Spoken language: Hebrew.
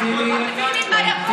אנחנו כבר מבינים מה יבוא.